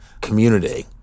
community